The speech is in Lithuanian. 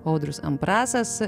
audrius ambrasas